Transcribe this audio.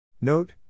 Note